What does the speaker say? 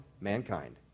mankind